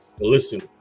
listen